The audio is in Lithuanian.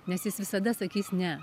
nes jis visada sakys ne